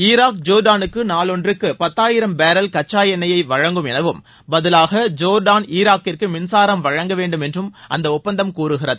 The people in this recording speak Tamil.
ஈராக் ஜோர்டானுக்கு நாள் ஒன்றுக்கு பத்தாயிரம் பேரல் கச்சா எண்ணையை வழங்கும் எனவும் பதிலாக ஜோர்டான் ஈராக்கிற்கு மின்சாரம் வழங்க வேண்டும் என்றும் அந்த ஒப்பந்தம் கூறுகிறது